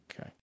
Okay